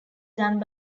done